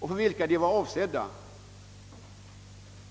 och för vilka den är avsedd.